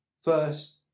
first